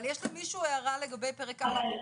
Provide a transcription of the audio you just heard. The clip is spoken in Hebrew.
אבל יש למישהו הערה לגבי פרק א',